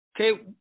Okay